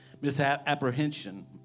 misapprehension